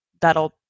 that'll